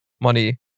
money